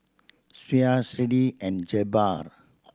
Sheena Zadie and Jabbar